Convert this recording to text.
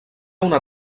una